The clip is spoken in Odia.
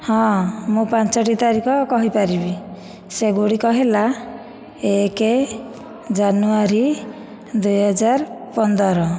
ହଁ ମୁଁ ପାଞ୍ଚଟି ତାରିଖ କହିପାରିବି ସେଗୁଡ଼ିକ ହେଲା ଏକ ଜାନୁଆରୀ ଦୁଇହଜାର ପନ୍ଦର